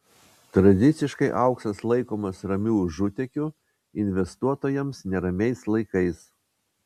tradiciškai auksas laikomas ramiu užutėkiu investuotojams neramiais laikais